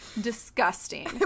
disgusting